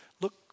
look